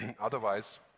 Otherwise